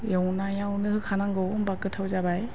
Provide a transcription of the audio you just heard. एवनायावनो होखानांगौ होनबा गोथाव जाबाय